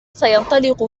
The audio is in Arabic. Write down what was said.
سينطلق